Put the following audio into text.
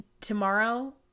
tomorrow